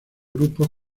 grupos